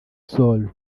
soul